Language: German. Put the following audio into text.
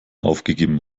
aufgegeben